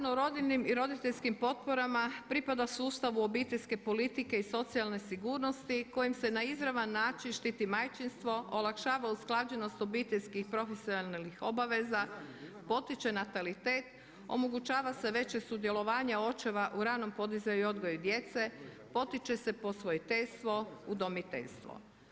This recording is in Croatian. Zakon o rodiljnim i roditeljskim potporama pripada sustavu obiteljske politike i socijalne sigurnosti kojim se na izravan način štiti majčinstvo, olakšava usklađenost obiteljskih i profesionalnih obaveza, potiče natalitet, omogućava se veće sudjelovanje očeva u ranom podizanju i odgoju djece, potiče se posvojiteljstvo, udomiteljstvo.